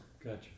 Gotcha